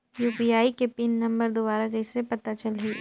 UPI के PIN number दुबारा कइसे पता चलही?